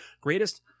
greatest